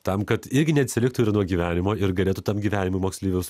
tam kad irgi neatsiliktų nuo gyvenimo ir galėtų tam gyvenime moksleivius